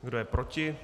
Kdo je proti?